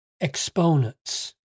exponents